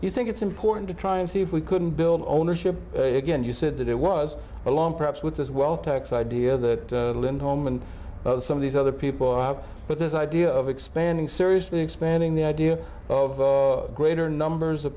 you think it's important to try and see if we couldn't build ownership again you said that it was a long perhaps with as well tax idea that limp home and some of these other people out but this idea of expanding seriously expanding the idea of greater numbers of